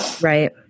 Right